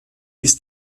ist